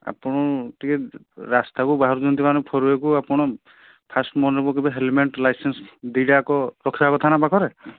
ଆପଣ ଟିକେ ରାସ୍ତାକୁ ବାହାରୁଛନ୍ତି ମାନେ ଆପଣ ଫାଷ୍ଟ ମନେପକାଇବେ ହେଲମେଟ୍ ଲାଇସେନ୍ସ ଦୁଇଟାକ ରଖିବା କଥା ନା ପାଖରେ